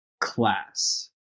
class